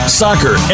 soccer